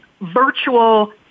virtual